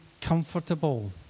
comfortable